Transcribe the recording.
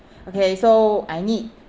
okay so I need